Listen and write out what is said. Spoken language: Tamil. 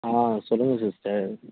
ஆ சொல்லுங்க சிஸ்டர்